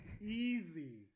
Easy